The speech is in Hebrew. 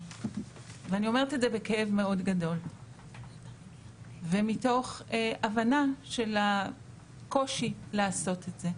ואני אומרת את זה בכאב מאוד גדול ומתוך הבנה של הקושי לעשות את זה.